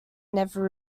never